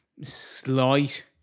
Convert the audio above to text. slight